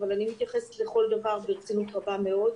אבל אני מתייחסת לכל דבר ברצינות רבה מאוד.